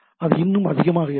அது இன்னும் அதிகமாக இருக்கும்